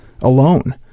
alone